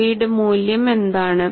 K യുടെ മൂല്യം എന്താണ്